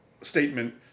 statement